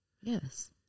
Yes